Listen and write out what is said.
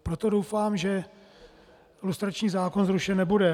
Proto doufám, že lustrační zákon zrušen nebude.